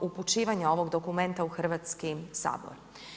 upućivanja ovog dokumenta u Hrvatski sabor.